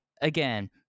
again